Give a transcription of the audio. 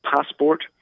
passport